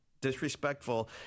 disrespectful